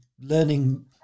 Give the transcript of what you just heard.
learning